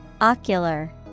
Ocular